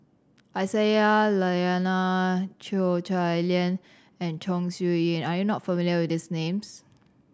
Aisyah Lyana Cheo Chai Liang and Chong Siew Ying are you not familiar with these names